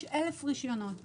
יש 1,000 רישיונות כאלה.